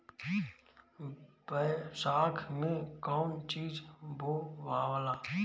बैसाख मे कौन चीज बोवाला?